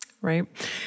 right